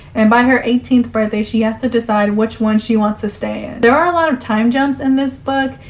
and by her eighteenth birthday, she has to decide which one she wants to stay in. there are a lot of time jumps in this book.